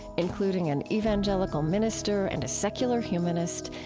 including an evangelical minister and a secular humanist,